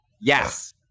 yes